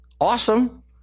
awesome